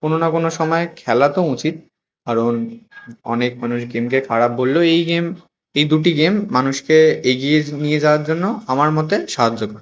কোনও না কোনও সময়ে খেলা তো উচিত কারণ অনেক মানুষ গেমকে খারাপ বললেও এই গেম এই দুটি গেম মানুষকে এগিয়ে নিয়ে যাওয়ার জন্য আমার মতে সাহায্যকর